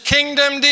Kingdom